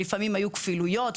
לפעמים היו כפילויות,